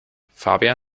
fabian